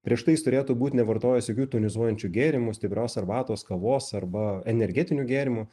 prieš tai jis turėtų būti nevartojęs jokių tonizuojančių gėrimų stiprios arbatos kavos arba energetinių gėrimų